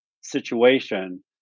situation